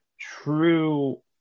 true